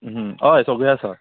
हय सगळे आसा